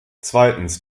zweitens